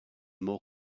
more